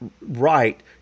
right